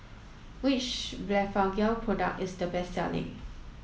which Blephagel product is the best selling